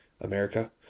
America